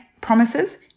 promises